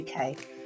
UK